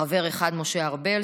חבר אחד: משה ארבל,